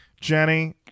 Jenny